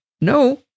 No